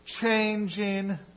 changing